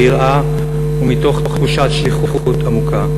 ביראה ומתוך תחושת שליחות עמוקה,